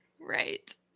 Right